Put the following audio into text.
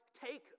Take